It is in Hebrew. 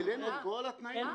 מילאנו את כל התנאים.